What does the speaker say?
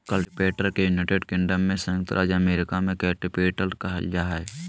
cultipacker के United Kingdom में संयुक्त राज्य अमेरिका में कल्टीपैकर कहल जा हइ